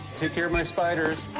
take care of my spiders.